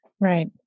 right